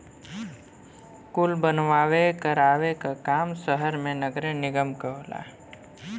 कुल बनवावे करावे क काम सहर मे नगरे निगम के होला